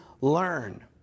learn